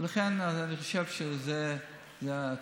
ולכן אני חושב שזאת התשובה.